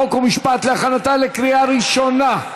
חוק ומשפט להכנתה לקריאה ראשונה.